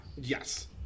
yes